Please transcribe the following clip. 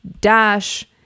dash